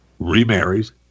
remarries